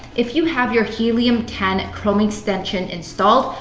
if you have your helium ten chrome extension installed,